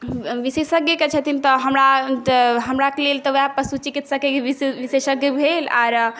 विशेषज्ञ के छथिन तऽ हमरा तऽ हमरा लेल तऽ उएह पशु चिकित्सक विशेषज्ञ भेल आर